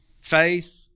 faith